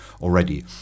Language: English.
already